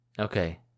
Okay